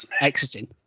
exiting